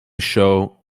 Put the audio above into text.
show